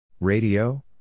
Radio